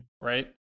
right